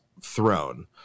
throne